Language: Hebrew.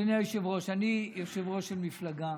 אדוני היושב-ראש, אני יושב-ראש של מפלגה